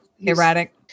erratic